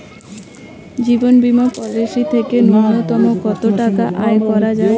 জীবন বীমা পলিসি থেকে ন্যূনতম কত টাকা আয় করা যায়?